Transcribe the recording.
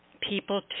people